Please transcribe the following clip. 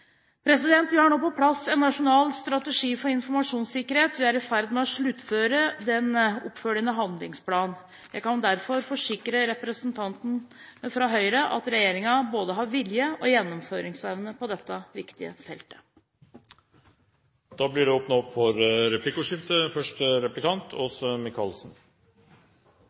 Vi får nå på plass en nasjonal strategi for informasjonssikkerhet, og vi er i ferd med å sluttføre den oppfølgende handlingsplanen. Jeg kan derfor forsikre representanten fra Høyre om at regjeringen har både vilje og gjennomføringsevne på dette viktige feltet. Det blir